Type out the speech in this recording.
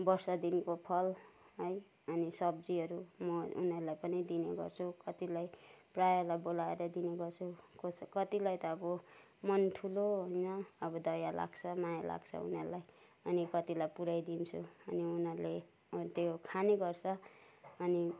वर्षदिनको फल है अनि सब्जीहरू म उनीहरूलाई पनि दिने गर्छु कतिलाई प्रायलाई बोलाएर दिने गर्छु कोस् कतिलाई त अब मन ठुलो होइन अब दया लाग्छ माया लाग्छ उनीहरूलाई अनि कतिलाई पुराइदिन्छु अनि उनीहरूले त्यो खाने गर्छ अनि